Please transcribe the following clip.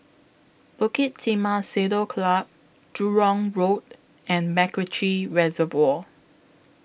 Bukit Timah Saddle Club Jurong Road and Macritchie Reservoir